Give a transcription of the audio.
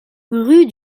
rue